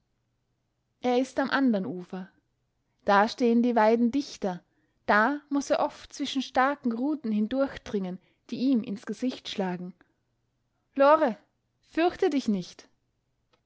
er ist am andern ufer da stehen die weiden dichter da muß er oft zwischen starken ruten hindurchdringen die ihm ins gesicht schlagen lore fürchte dich nicht